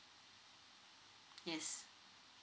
yes